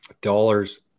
dollars